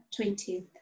20th